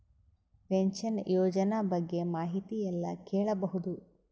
Pension ಯೋಜನ ಬಗ್ಗೆ ಮಾಹಿತಿ ಎಲ್ಲ ಕೇಳಬಹುದು?